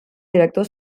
director